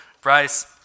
Bryce